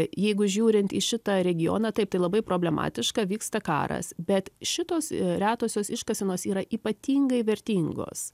jeigu žiūrint į šitą regioną taip tai labai problematiška vyksta karas bet šitos retosios iškasenos yra ypatingai vertingos